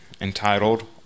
entitled